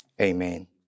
amen